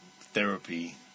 therapy